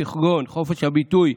כגון חופש הביטוי,